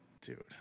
dude